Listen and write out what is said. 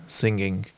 singing